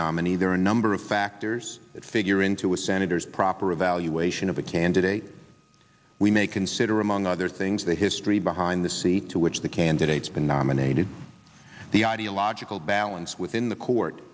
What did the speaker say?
there are a number of factors that figure into a senator's proper evaluation of a candidate we may consider among other things the history behind the seat to which the candidate's been nominated the ideological balance within the court